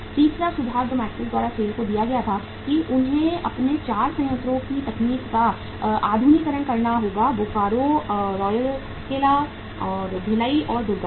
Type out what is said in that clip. तीसरा सुझाव जो मैकिन्से द्वारा SAIL को दिया गया था कि उन्हें अपने 4 संयंत्रों की तकनीक का आधुनिकीकरण करना होगा बोकारो राउरकेला भिलाई और दुर्गापुर